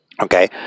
Okay